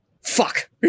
fuck